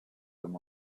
them